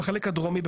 בחלק הדרומי,